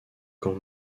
quand